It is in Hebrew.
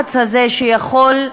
הלחץ הזה, שיכול,